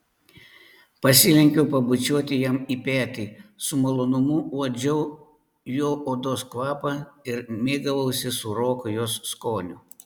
pasilenkiau pabučiuoti jam į petį su malonumu uodžiau jo odos kvapą ir mėgavausi sūroku jos skoniu